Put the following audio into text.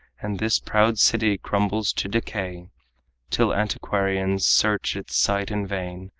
and this proud city crumbles to decay till antiquarians search its site in vain,